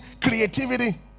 creativity